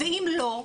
ואם לא,